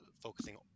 focusing